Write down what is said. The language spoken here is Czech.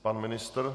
Pan ministr?